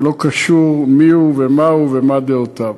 ולא קשור מיהו ומהו ומה דעותיו.